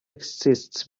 exists